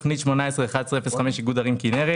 תכנית 18-11-05, איגוד ערים כינרת.